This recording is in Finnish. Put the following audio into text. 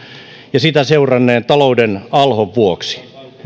ja sitä seuranneen talouden alhon vuoksi